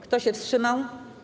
Kto się wstrzymał?